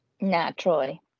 Naturally